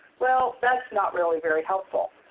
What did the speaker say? well, that's not really very helpful.